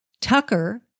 Tucker